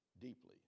deeply